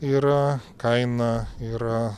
yra kaina yra